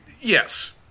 Yes